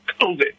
COVID